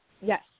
Yes